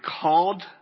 called